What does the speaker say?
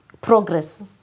progress